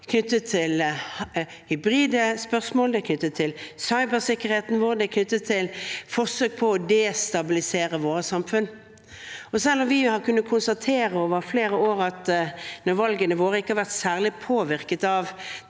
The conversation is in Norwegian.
land, knyttet til hybride spørsmål og cybersikkerheten vår og til forsøk på å destabilisere våre samfunn. Selv om vi har kunnet konstatere over flere år at når valgene våre ikke har vært særlig påvirket av